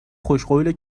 خوشقوله